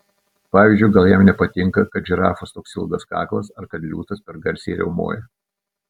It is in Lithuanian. pavyzdžiui gal jam nepatinka kad žirafos toks ilgas kaklas ar kad liūtas per garsiai riaumoja